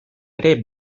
ere